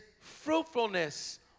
fruitfulness